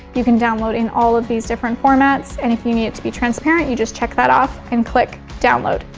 you can download in all of these different formats and if you need it to be transparent you just check that off and click download.